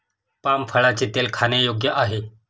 palm फळाचे तेल खाण्यायोग्य आहे